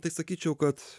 tai sakyčiau kad